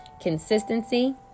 Consistency